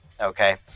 okay